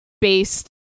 based